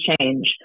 change